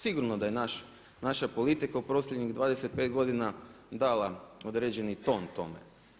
Sigurno da je naša politika u posljednjih 25 godina dala određeni ton tome.